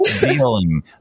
Dealing